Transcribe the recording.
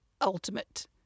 ultimate